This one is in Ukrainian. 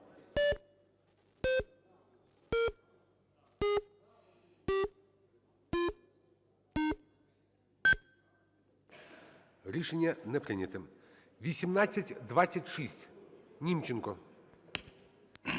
Рішення не прийнято. 1826. Німченко.